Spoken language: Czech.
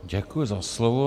Děkuji za slovo.